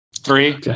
Three